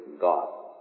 God